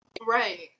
right